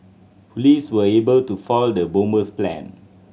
police were able to foil the bomber's plan